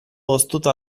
hoztuta